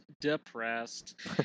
depressed